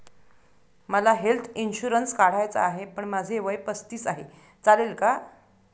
मला health insurance काढायचा आहे पण माझे वय पस्तीस आहे, चालेल का?